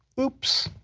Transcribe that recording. oops.